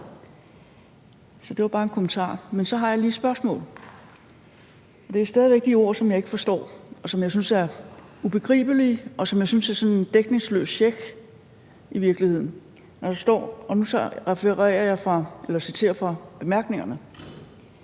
Så det var bare en kommentar. Men så har jeg lige et spørgsmål, og det er stadig væk om de ord, som jeg ikke forstår, og som jeg synes er ubegribelige, og som jeg synes er som en dækningsløs check i virkeligheden. Jeg citerer fra bemærkningerne: